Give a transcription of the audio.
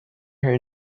her